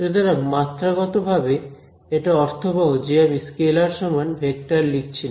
সুতরাং মাত্রাগত ভাবে এটা অর্থবহ যে আমি স্কেলার সমান ভেক্টর লিখছি না